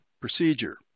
procedure